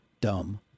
dumb